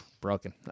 Broken